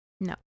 No